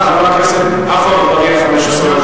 אחר כך, חבר הכנסת עפו אגבאריה, 15 דקות.